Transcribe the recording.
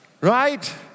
right